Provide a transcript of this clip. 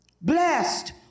Blessed